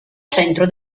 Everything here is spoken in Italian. centro